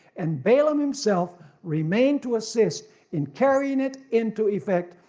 and balaam himself remained to assist in carrying it into effect.